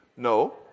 No